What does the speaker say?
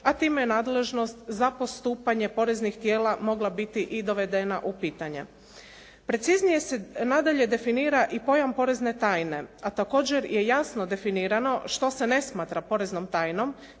a time je nadležnost za postupanje poreznih tijela mogla biti i dovedena u pitanje. Preciznije se nadalje definira i pojam porezne tajne, a također je jasno definirano što se ne smatra poreznom tajnom,